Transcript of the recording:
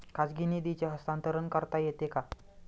खाजगी निधीचे हस्तांतरण करता येते का?